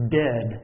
dead